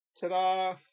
Ta-da